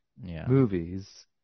movies